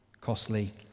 costly